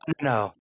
no